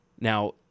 Now